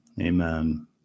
Amen